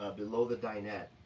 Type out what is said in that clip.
below the dinette.